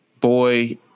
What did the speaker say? Boy